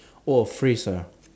oh phrase ah